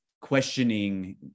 questioning